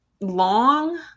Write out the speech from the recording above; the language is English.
long